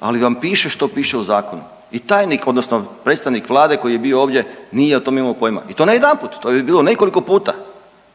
ali vam piše što piše u zakonu. I tajnik, odnosno predstavnik Vlade koji je bio ovdje nije o tome imao pojma i to ne jedanput. To bi bilo nekoliko puta.